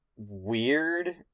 weird